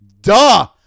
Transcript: Duh